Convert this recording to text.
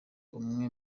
umwe